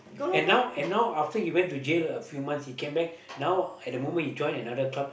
and now and now after he went to jail a few months he came back now at the moment he join another club